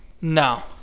no